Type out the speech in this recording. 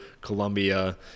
Colombia